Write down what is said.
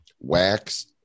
wax